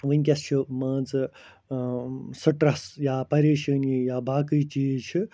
وٕنۍکٮ۪س چھِ مان ژٕ سٕٹرَس یا پریشٲنی یا باقٕے چیٖز چھِ